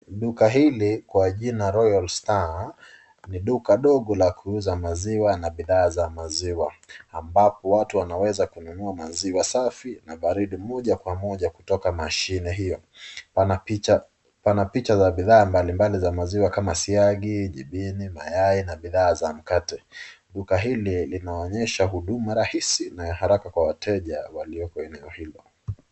Duka hili kwa jina Royal Star ni duka dogo la kuuza maziwa na bidhaa za maziwa. Ambapo watu wanaweza kununua maziwa safi na baridi moja kwa moja kutoka mashine hiyo. Pana picha za bidhaa mbali mbali za maziwa kama siagi, jithini mayai na bidhaa za mkate. Duka hili, linaonyesha huduma rahisi na haraka kwa wateja walioko eneo hilo.